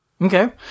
Okay